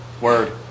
Word